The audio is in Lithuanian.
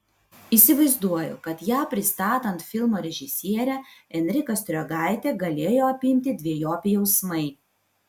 įsivaizduoju kad ją pristatant filmo režisierę enriką striogaitę galėjo apimti dvejopi jausmai